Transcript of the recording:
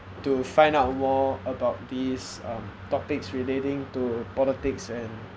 to find out more about these um topics relating to politics and